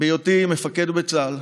בהיותי מפקד בצה"ל,